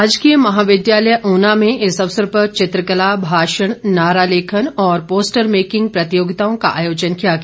राजकीय महाविद्यालय ऊना में इस अवसर पर चित्रकला भाषण नारा लेखन और पोस्टर मेकिंग प्रतियोगिताओं का आयोजन किया गया